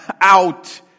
out